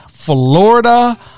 florida